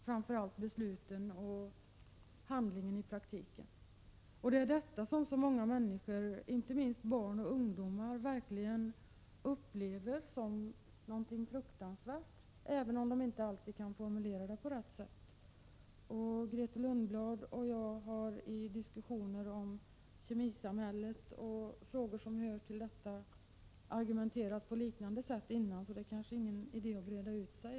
Framför allt gäller det besluten och handlingen i praktiken. Det är detta som så många människor, inte minst barn och ungdomar, upplever som någonting fruktansvärt, även om de inte alltid kan formulera det på rätt sätt. Grethe Lundblad och jag har i diskussioner om kemisamhället och i frågor som hör till detta argumenterat på liknande sätt tidigare, så det är kanske ingen idé att nu breda ut sig. tionen.